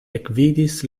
ekvidis